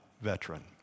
veteran